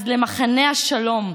אז ל"מחנה השלום",